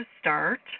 start